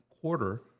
quarter